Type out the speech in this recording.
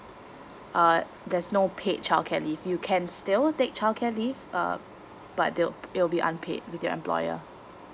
uh there's no paid childcare leave you can still take childcare leave uh but they'll it'll be unpaid with your employer